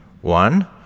One